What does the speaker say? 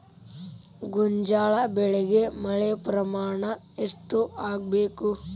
ಗೋಂಜಾಳ ಬೆಳಿಗೆ ಮಳೆ ಪ್ರಮಾಣ ಎಷ್ಟ್ ಆಗ್ಬೇಕ?